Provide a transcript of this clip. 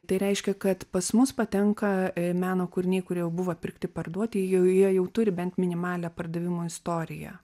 tai reiškia kad pas mus patenka meno kūriniai kurie jau buvo pirkti parduoti jie jie jau turi bent minimalią pardavimo istoriją